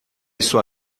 sua